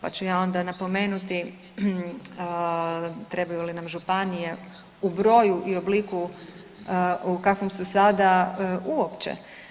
Pa ću ja onda napomenuti trebaju li nam županije u broju i obliku u kakvom su sada uopće?